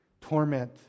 torment